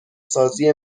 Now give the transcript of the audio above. سازی